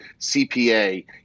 CPA